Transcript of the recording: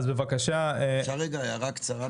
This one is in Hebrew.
אפשר הערה קצרה?